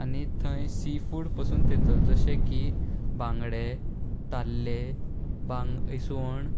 आनी थंय सी फूड पसून तेतलो जशें की बांगडे ताल्ले बांग इसवण